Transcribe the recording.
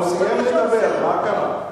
הוא סיים לדבר, מה קרה?